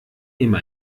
nehme